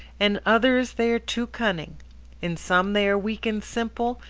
in others they are too cunning in some they are weak and simple,